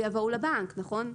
במקרה כזה יבואו לבנק, נכון?